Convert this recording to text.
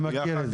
אני מכיר את זה.